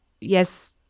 yes